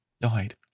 died